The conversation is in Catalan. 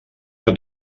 que